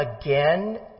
again